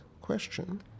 question